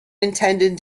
intended